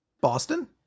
Boston